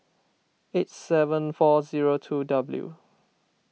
eight seven four zero two W